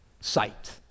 sight